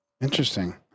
Interesting